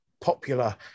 popular